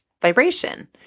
vibration